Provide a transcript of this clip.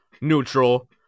neutral